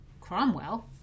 Cromwell